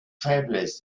travelers